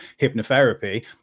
hypnotherapy